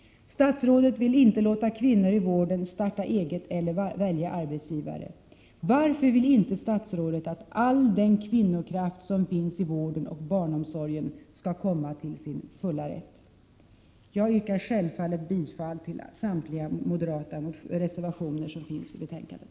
Statsrådet vill inte låta kvinnor i vården starta eget eller välja arbetsgivare. Varför vill inte statsrådet att all den kvinnokraft som finns i vården och barnomsorgen skall komma till sin fulla rätt? Jag yrkar självfallet bifall till samtliga moderata reservationer i betänkandet.